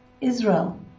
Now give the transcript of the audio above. Israel